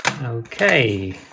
okay